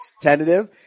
tentative